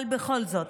אבל בכל זאת